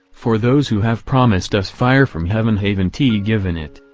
for those who have promised us fire from heaven haven t given it!